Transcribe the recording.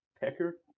pecker